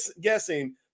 guessing